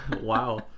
Wow